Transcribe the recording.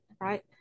right